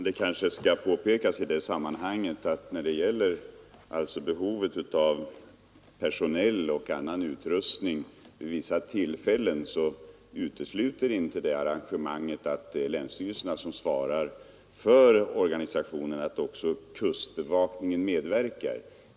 Herr talman! Det kanske skall påpekas att när det gäller behovet av personell och annan utrustning vid vissa tillfällen är det inte uteslutet — även när länsstyrelserna svarar för organisationen — att också kustbevakningen medverkar.